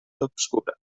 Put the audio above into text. obscura